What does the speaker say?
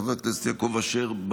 חבר הכנסת יעקב אשר,